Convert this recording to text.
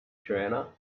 joanna